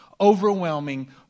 overwhelming